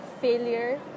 failure